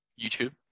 YouTube